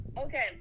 Okay